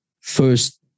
first